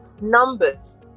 numbers